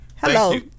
hello